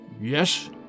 Yes